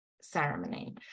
ceremony